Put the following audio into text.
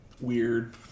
weird